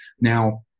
now